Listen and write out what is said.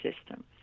system